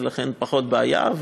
ולכן הוא פחות בעיה,